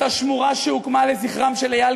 אותה שמורה שהוקמה לזכרם של איל,